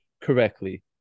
correctly